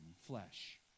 flesh